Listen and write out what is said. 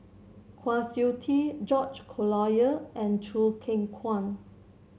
Kwa Siew Tee George Collyer and Choo Keng Kwang